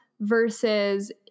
Versus